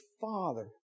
Father